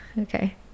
Okay